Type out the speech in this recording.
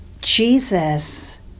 Jesus